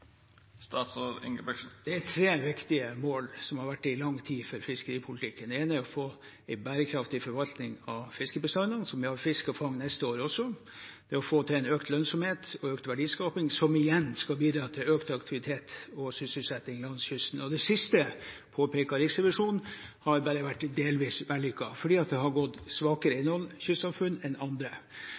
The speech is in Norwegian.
Det er tre mål som har vært viktige for fiskeripolitikken i lang tid. Det ene er å få en bærekraftig forvaltning av fiskebestandene, slik at det er fisk å fange neste år også. Det er å få til økt lønnsomhet og økt verdiskaping, som igjen skal bidra til økt aktivitet og sysselsetting langs kysten. Det siste, påpeker Riksrevisjonen, har vært bare delvis vellykket, for det har gått dårligere i noen kystsamfunn enn i andre.